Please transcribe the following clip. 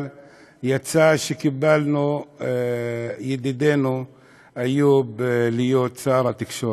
אבל יצא שקיבלנו את ידידנו איוב להיות שר התקשורת.